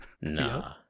Nah